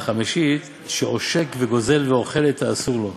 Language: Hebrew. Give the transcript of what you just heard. והחמישית, שעושק וגוזל ואוכל את האסור לו,